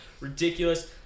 Ridiculous